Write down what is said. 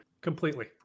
completely